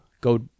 Go